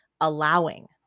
allowing